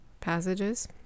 passages